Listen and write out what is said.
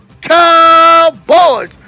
Cowboys